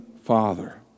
Father